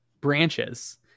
branches